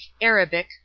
Arabic